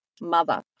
mother